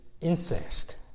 incest